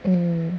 um